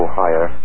higher